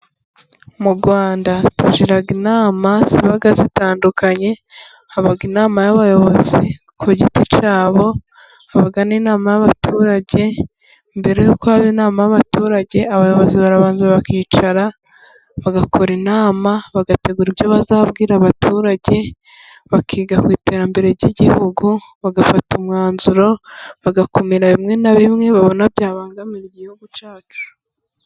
Mu rwanda bagira inama ziba zitandukanye. haba inama y'abayobozi ku giti cyabo, haba n'inama y'abaturage mbere yuko haba inama y'abaturage, abayobozi barabanza bakicara bagakora inama. Bagategura ibyo bazabwira abaturage, bakiga ku iterambere ry'Igihugu. Bagafata umwanzuro bagakumira bimwe na bimwe babona byabangamira Igihugu cyacu.